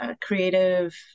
creative